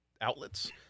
outlets